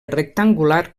rectangular